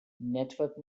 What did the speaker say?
network